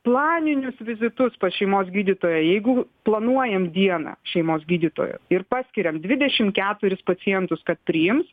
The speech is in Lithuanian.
planinius vizitus pas šeimos gydytoją jeigu planuojam dieną šeimos gydytojo ir paskiriam dvidešim keturis pacientus kad priims